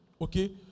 okay